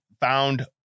found